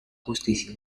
justicia